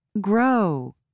grow